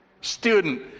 Student